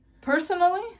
Personally